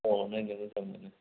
औ नायनो मोजां मोनो